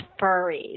furries